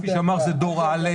כפי שנאמר, זה דור א'.